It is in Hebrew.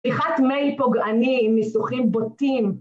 שליחת מייל פוגעני עם ניסוחים בוטים